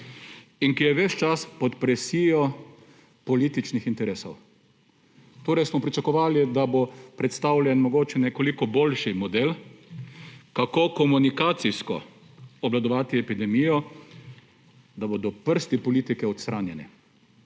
in ki je ves čas pod presijo političnih interesov. Torej smo pričakovali, da bo predstavljen mogoče nekoliko boljši model, kako komunikacijsko obvladovati epidemijo, da bodo prsti politike odstranjeni,